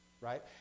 right